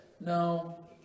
no